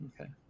Okay